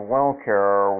Wellcare